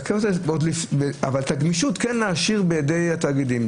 אבל את הגמישות להשאיר בידי התאגידים.